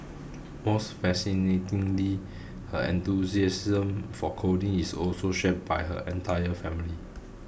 most fascinatingly her enthusiasm for coding is also shared by her entire family